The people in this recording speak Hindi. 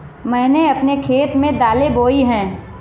मैंने अपने खेत में दालें बोई हैं